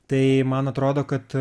tai man atrodo kad